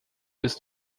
ist